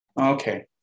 Okay